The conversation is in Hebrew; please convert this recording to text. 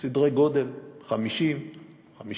בסדר גודל של 50,000,